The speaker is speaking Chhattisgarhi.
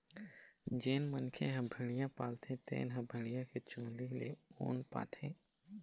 जेन मनखे ह भेड़िया पालथे तेन ह भेड़िया के चूंदी ले ऊन पाथे